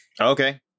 Okay